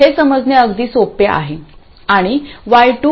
हे समजणे अगदी सोपे आहे